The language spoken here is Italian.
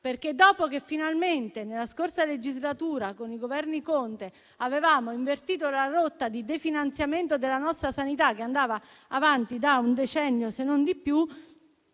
Dopo che, finalmente, nella scorsa legislatura, con i Governi Conte, avevamo invertito la rotta di definanziamento della nostra sanità, che andava avanti da un decennio, se non di più,